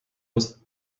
was